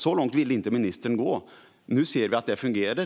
Så långt vill inte ministern gå. Men nu ser vi att det fungerar.